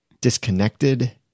Disconnected